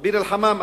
ביר-אל-חמאם,